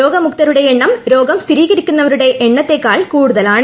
രോഗമുക്തരുടെ എണ്ണം രോഗം സ്ഥിരീകരിക്കുന്നവരുടെ എണ്ണത്തേക്കാൾ കൂടുതലാണ്